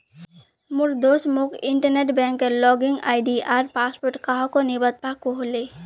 मोर दोस्त मोक इंटरनेट बैंकिंगेर लॉगिन आई.डी आर पासवर्ड काह को नि बतव्वा कह ले